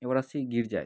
এবার আসছি গির্জায়